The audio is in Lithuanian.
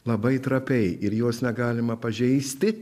labai trapiai ir jos negalima pažeisti